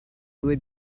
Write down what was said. would